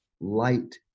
light